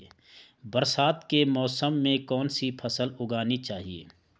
बरसात के मौसम में कौन सी फसल उगानी चाहिए?